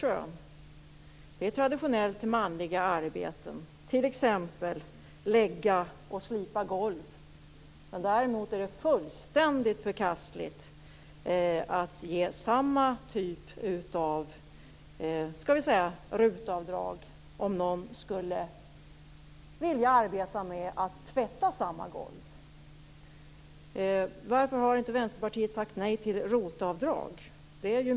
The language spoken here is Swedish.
Det handlar om traditionellt manliga arbeten, t.ex. att lägga och slipa golv. Däremot är det fullständigt förkastligt att ge samma typ av ROT-avdrag om någon skulle vilja arbeta med att tvätta samma golv. Varför har inte Vänsterpartiet sagt nej till ROT-avdrag?